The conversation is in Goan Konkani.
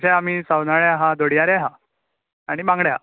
तशे आमी संवदाळे आहा धोडयारे आहा आनी बांगडे आहा